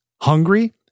hungry